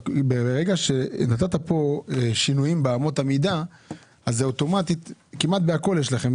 ברגע שנתת פה שינויים באמות המידה אז זה אוטומטית כמעט בהכול יש לכם,